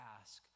ask